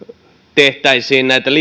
tehtäisiin näitä liikennehankkeita